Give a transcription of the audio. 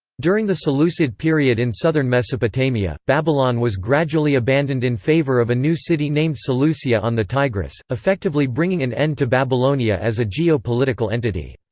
during the seleucid period in southern mesopotamia, babylon was gradually abandoned in favour of a new city named seleucia on the tigris, effectively bringing an end to babylonia as a geo-political entity.